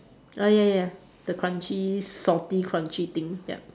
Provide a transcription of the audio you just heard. ah ya ya the crunchy salty crunchy thing yup